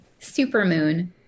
Supermoon